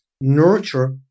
nurture